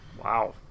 Wow